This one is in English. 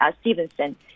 Stevenson